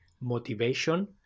motivation